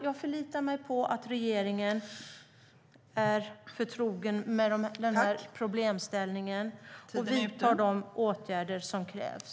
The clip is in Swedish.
Jag förlitar mig på att regeringen är förtrogen med denna problemställning och vidtar de åtgärder som krävs.